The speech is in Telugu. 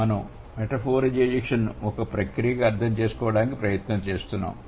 మనం మెటఫోరిజేషన్ ఒక ప్రక్రియగా అర్థం చేసుకోవడానికి ప్రయత్నిస్తున్నాము